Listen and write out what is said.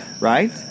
Right